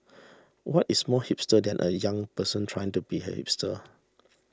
what is more hipster than a young person trying to be a hipster